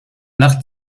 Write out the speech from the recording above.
nach